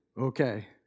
okay